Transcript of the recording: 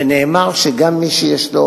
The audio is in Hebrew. ונאמר שגם מי שיש לו